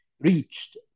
reached